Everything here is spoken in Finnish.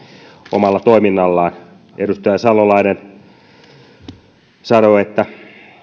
omalla toiminnallaan edustaja salolainen sanoi että